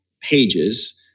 pages